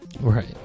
Right